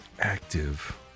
Active